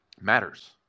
matters